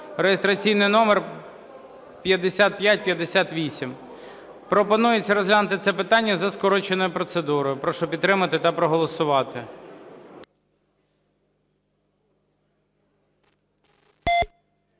(реєстраційний номер 5558). Пропонується розглянути це питання за скороченою процедурою. Прошу підтримати та проголосувати.